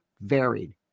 varied